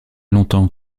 longtemps